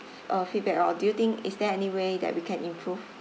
uh feedback or do you think is there any way that we can improve